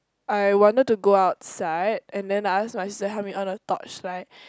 I wanted to go outside and then I ask my sister help me on the torchlight